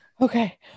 Okay